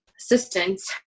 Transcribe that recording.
assistance